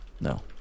No